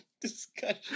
discussion